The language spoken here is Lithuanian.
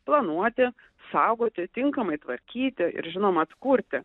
planuoti saugoti tinkamai tvarkyti ir žinoma atkurti